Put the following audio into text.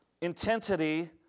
intensity